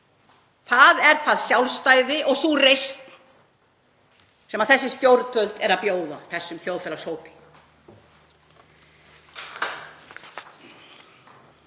Það er það sjálfstæði og sú reisn sem þessi stjórnvöld eru að bjóða þessum þjóðfélagshópi.